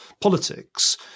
politics